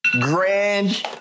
grand